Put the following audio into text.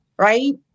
right